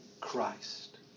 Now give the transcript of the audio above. Christ